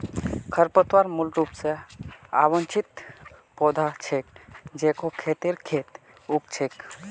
खरपतवार मूल रूप स अवांछित पौधा छिके जेको खेतेर खेतत उग छेक